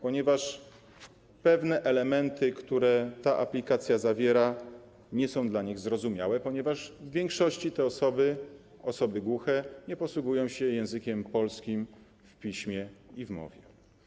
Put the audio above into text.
Pewne elementy, które ta aplikacja zawiera, nie są dla nich zrozumiałe, ponieważ w większości te osoby, osoby głuche, nie posługują się językiem polskim w piśmie i w mowie.